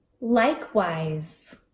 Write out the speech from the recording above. Likewise